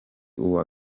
uwa